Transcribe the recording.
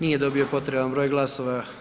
Nije dobio potreban broj glasova.